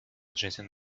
jetting